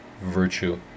virtue